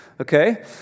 Okay